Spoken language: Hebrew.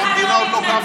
כי המדינה עוד לא קמה.